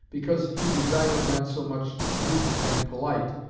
because he desired not so much neat and polite,